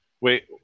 Wait